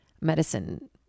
medicine